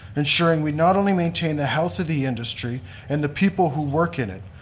ensuring we not only maintain the health of the industry and the people who work in it,